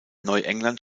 neuengland